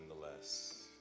nonetheless